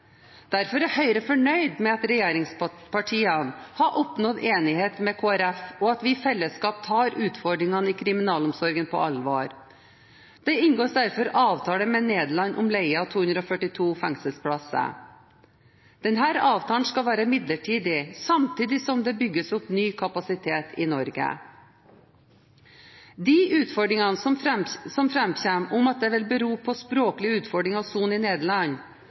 Derfor er Høyre fornøyd med at regjeringspartiene har oppnådd enighet med Kristelig Folkeparti, og at vi i fellesskap tar utfordringene i kriminalomsorgen på alvor. Det inngås derfor avtale med Nederland om leie av 242 fengselsplasser. Denne avtalen skal være midlertidig, samtidig som det bygges opp ny kapasitet i Norge. De utfordringene som framkommer om at det vil medføre språklige utfordringer å sone i Nederland,